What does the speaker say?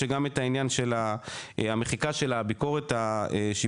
שגם את העניין של המחיקה של הביקורת השיפוטית,